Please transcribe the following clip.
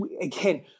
again